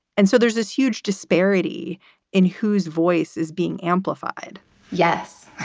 and so there's this huge disparity in whose voice is being amplified yes,